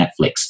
Netflix